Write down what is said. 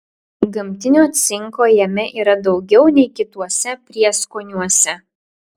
gamtinio cinko jame yra daugiau nei kituose prieskoniuose